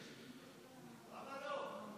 למה לא?